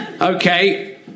Okay